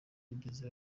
yigeze